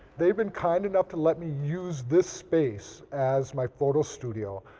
they've been kind enough to let me use this space as my photo studio,